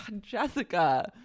Jessica